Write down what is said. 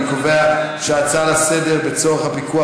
אני קובע שההצעה לסדר-היום: הצורך בפיקוח